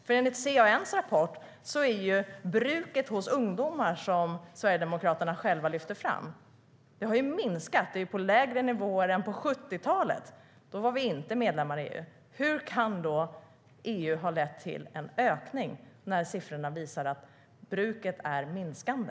Enligt CAN:s rapport har bruket hos ungdomar, som ju Sverigedemokraterna lyfter fram, minskat och är på lägre nivåer än på 1970-talet, och då var vi inte medlemmar i EU. Hur kan EU-medlemskapet ha lett till en ökning när siffrorna visar att bruket är minskande?